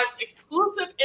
exclusive